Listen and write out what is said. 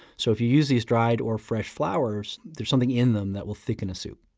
so if you use these dried or fresh flowers, there's something in them that will thicken a soup.